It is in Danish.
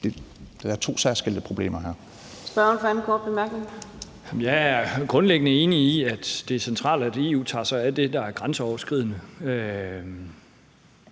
15:01 Torsten Schack Pedersen (V): Jeg er grundlæggende enig i, at det er centralt, at EU tager sig af det, der er grænseoverskridende,